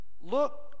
look